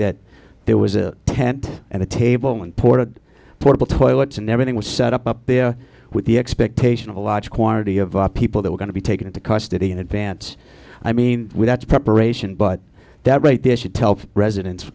that there was a tent and a table and poured portable toilets and everything was set up up there with the expectation of a large quantity of people that were going to be taken into custody in advance i mean without preparation but that right there should tell residents